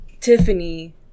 Tiffany